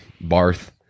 Barth